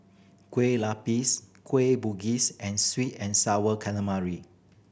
Kueh Lupis Kueh Bugis and sweet and Sour Calamari